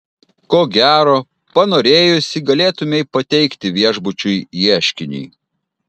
ko gero panorėjusi galėtumei pateikti viešbučiui ieškinį